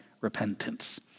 repentance